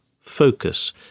focus